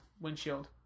windshield